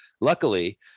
luckily